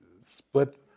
split